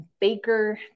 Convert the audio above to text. Baker